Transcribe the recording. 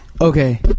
Okay